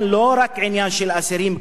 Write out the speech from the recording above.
הוא לא רק עניין של אסירים כלואים,